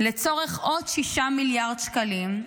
לצורך עוד 6 מיליארד שקלים,